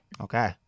Okay